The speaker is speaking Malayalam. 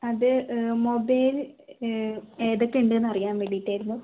അത് മൊബൈല് ഏത് ഒക്കെ ഉണ്ടെന്ന് അറിയാൻ വേണ്ടീട്ട് ആയിരുന്നു